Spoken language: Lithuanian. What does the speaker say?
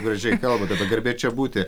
gražiai kalbate apie garbė čia būti